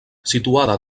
situada